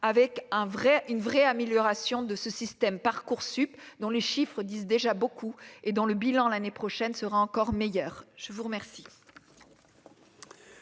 vrai une vraie amélioration de ce système Parcoursup dans les chiffres disent déjà beaucoup et dans le bilan l'année prochaine sera encore meilleur, je vous remercie.